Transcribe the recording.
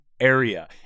area